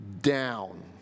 down